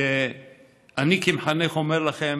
ואני כמחנך אומר לכם